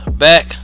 Back